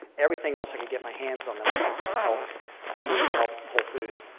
everything else i could get my hands on that i thought might help me and help whole foods.